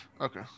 Okay